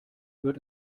wird